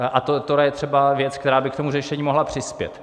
A tohle je třeba věc, která by k tomu řešení mohla přispět.